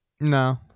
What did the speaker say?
No